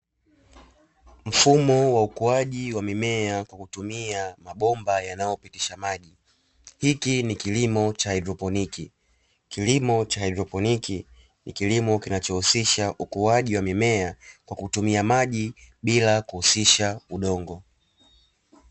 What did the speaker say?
Mfumo wa ukuaji wa mimea kwa kutumia mabomba yanayopitisha maji, hiki ni kilimo cha haidroponi. Kilimo cha haidroponi ni kilimo kinachohusisha ukuaji wa mimea kwa kutumia maji bila kuhusisha udongo.